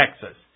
Texas